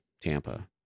Tampa